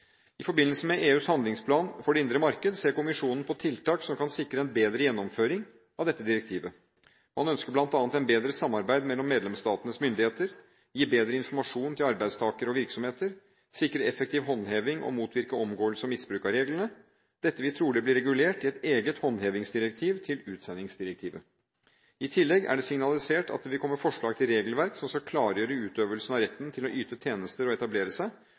I forbindelse med EUs handlingsplan for det indre marked ser kommisjonen på tiltak som kan sikre en bedre gjennomføring av dette direktivet. Man ønsker bl.a. å bedre samarbeidet mellom medlemsstatenes myndigheter, gi bedre informasjon til arbeidstakere og virksomheter, sikre effektiv håndheving og motvirke omgåelse og misbruk av reglene. Dette vil trolig bli regulert i et eget håndhevingsdirektiv til utsendingsdirektivet. I tillegg er det signalisert at det vil komme forslag til regelverk som skal klargjøre utøvelsen av retten til å yte tjenester og etablere seg,